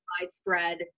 widespread